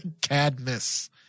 Cadmus